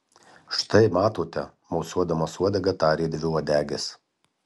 štai matote mosuodamas uodega tarė dviuodegis